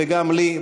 וגם לי,